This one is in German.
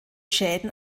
schäden